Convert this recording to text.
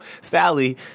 Sally